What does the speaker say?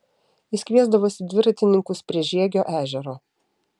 jis kviesdavosi dviratininkus prie žiegio ežero